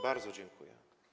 Bardzo dziękuję.